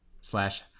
slash